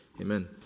amen